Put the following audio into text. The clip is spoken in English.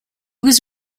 was